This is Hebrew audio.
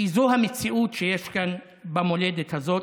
כי זו המציאות שיש כאן במולדת הזאת,